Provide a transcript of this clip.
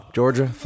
Georgia